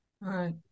right